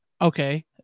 okay